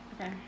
okay